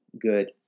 good